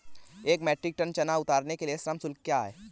एक metric ton चना उतारने के लिए श्रम शुल्क क्या है?